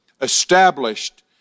established